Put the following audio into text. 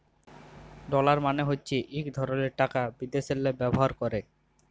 dollar মালে হছে ইক ধরলের টাকা বিদ্যাশেল্লে ব্যাভার ক্যরে